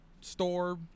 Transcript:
store